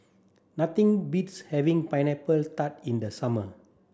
nothing beats having pineapple tart in the summer